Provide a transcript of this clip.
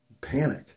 panic